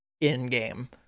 in-game